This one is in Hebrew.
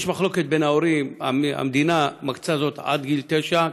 יש מחלוקת עם ההורים: המדינה מקצה זאת עד גיל תשע,